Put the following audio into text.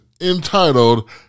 entitled